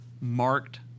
marked